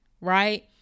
right